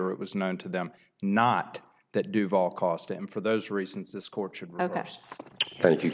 or it was known to them not that duvall cost him for those reasons the scorcher thank you